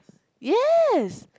yes